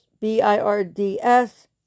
B-I-R-D-S